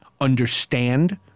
understand